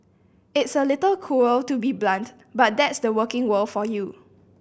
it's a little cruel to be so blunt but that's the working world for you